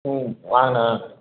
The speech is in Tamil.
ம் வாங்கண்ணா